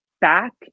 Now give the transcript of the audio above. back